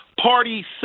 party